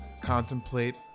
Contemplate